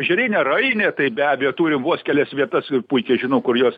ežerinė rainė tai be abejo turim vos kelias vietas ir puikiai žinom kur jos